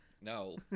no